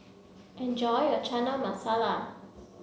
enjoy your Chana Masala